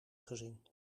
gezien